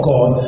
God